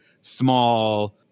small